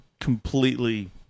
Completely